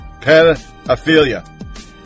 Pedophilia